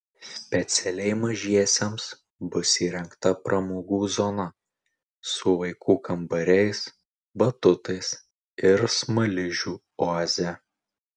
specialiai mažiesiems bus įrengta pramogų zona su vaikų kambariais batutais ir smaližių oaze